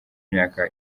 imyaka